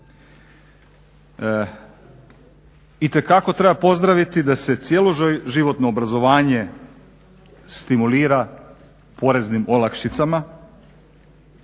Itekako treba pozdraviti da se cjeloživotno obrazovanje stimulira poreznim olakšicama